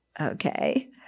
Okay